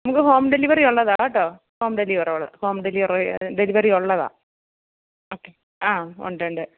നമുക്ക് home delivery ഉള്ളതാണ് കേട്ടോ home delivery home delivery delivery ഉള്ളതാണ് ഓക്കെ ആ ഉണ്ടുണ്ട്